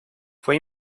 fue